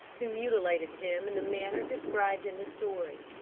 who mutilated him in the manner described in the story.